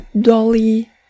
dolly